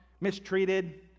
mistreated